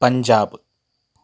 Punjab